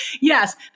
Yes